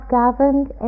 governed